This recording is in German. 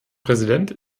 präsident